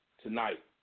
Tonight